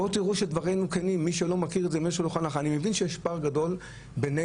מי שלא מכיר את זה- אני מבין שיש פער גדל בינינו,